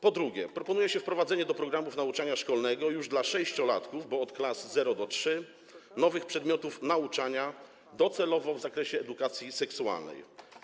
Po drugie, proponuje się wprowadzenie do programów nauczania szkolnego już dla sześciolatków, bo od klas 0-III, nowych przedmiotów nauczania docelowo w zakresie edukacji seksualnej.